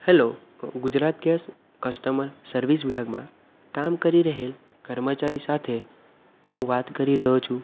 hello Gujarat gas customer service વિભાગમાં કામ કરી રહેલ કર્મચારી સાથે હું વાત કરી રહ્યો છું